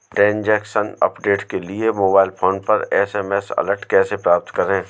Transaction update के लिए mobile phone पर एस.एम.एस अलर्ट कैसे प्राप्त करें?